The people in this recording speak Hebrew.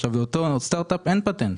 עכשיו באותו סטארט אפ אין פטנט,